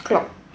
clock